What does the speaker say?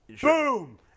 Boom